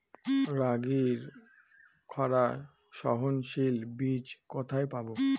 রাগির খরা সহনশীল বীজ কোথায় পাবো?